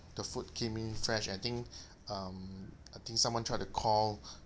the food came in fresh I think um I think someone tried to call